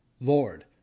Lord